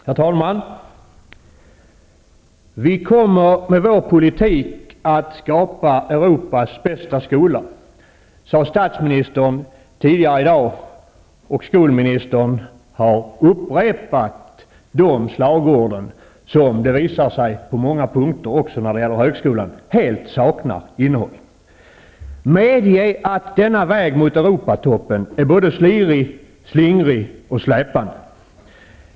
Herr talman! Vi kommer med vår politik att skapa Europas bästa skola, sade statsministern tidigare i dag, och skolministern har upprepat det slagordet som visat sig på många punkter, också när det gäller högskolan, helt sakna innehåll. Medge att denna väg mot Europatoppen är både slirig, slingrig och släpande!